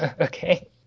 Okay